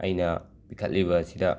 ꯑꯩꯅ ꯄꯤꯈꯠꯂꯤꯁꯤꯕ ꯑꯁꯤꯗ